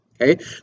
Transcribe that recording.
Okay